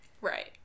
Right